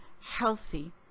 healthy